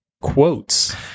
quotes